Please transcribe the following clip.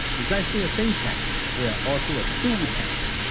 besides being a think tank, we are also a do tank,